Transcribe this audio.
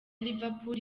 liverpool